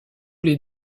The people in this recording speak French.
les